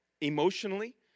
Emotionally